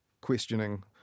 questioning